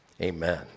amen